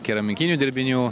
keramikinių dirbinių